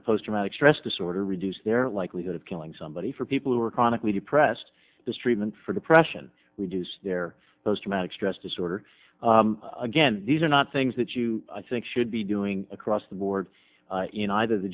of post traumatic stress disorder reduce their likelihood of killing somebody for people who are chronically depressed this treatment for depression reduce their posttraumatic stress disorder again these are not things that you i think should be doing across the board in either the